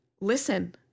Listen